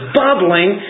bubbling